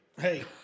Hey